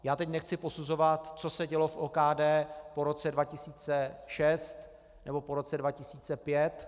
Já teď nechci posuzovat, co se dělo v OKD po roce 2006 nebo po roce 2005.